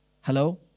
Hello